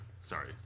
Sorry